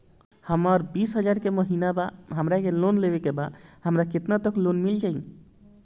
हमर बिस हजार के महिना बा हमरा के लोन लेबे के बा हमरा केतना तक लोन मिल जाई?